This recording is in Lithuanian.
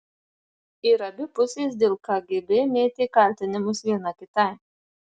ir abi pusės dėl kgb mėtė kaltinimus viena kitai